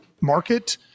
market